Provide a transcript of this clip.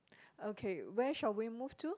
okay where shall we move to